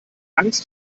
angst